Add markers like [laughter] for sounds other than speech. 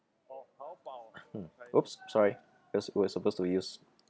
[noise] mm !oops! sorry we're su~ we're supposed to use